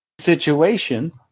situation